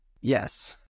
Yes